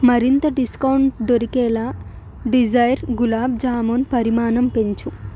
మరింత డిస్కౌంట్ దొరికేలా డిజైర్ గులాబ్ జామూన్ పరిమాణం పెంచు